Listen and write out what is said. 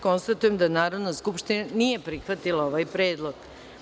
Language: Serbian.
Konstatujem da Narodna skupština nije prihvatila ovaj predlog.